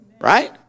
Right